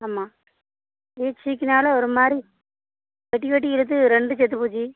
ஆமாம் இது சீக்குனாலே ஒரு மாதிரி வெட்டி வெட்டி இழுத்து ரெண்டும் செத்து போச்சு